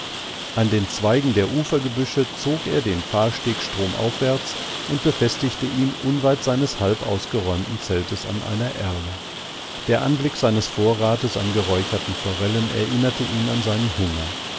an den zweigen der ufergebüsche zog er den fahrsteg stromaufwärts und befestigte ihn unweit seines halb ausgeräumten zeltes an einer erle der anblick seines vorrates an geräucherten forellen erinnerte ihn an seinen hunger